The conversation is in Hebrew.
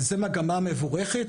זו מגמה מבורכת,